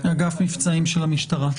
המבצעים של המשטרה.